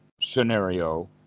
scenario